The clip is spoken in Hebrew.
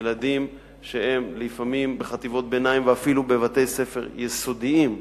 ילדים שהם לפעמים בחטיבות ביניים ואפילו בבתי-ספר יסודיים,